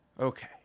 okay